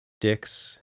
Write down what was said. Dicks